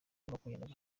makumyabiri